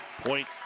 Point